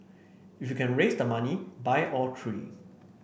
if you can raise the money buy all trees